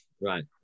Right